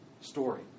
story